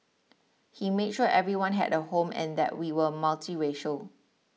he made sure everyone had a home and that we were multiracial